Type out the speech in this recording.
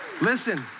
Listen